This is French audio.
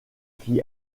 qui